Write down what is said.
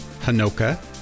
Hanoka